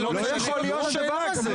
זה לא יכול להיות הדבר הזה.